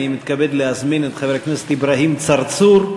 אני מתכבד להזמין את חבר הכנסת אברהים צרצור.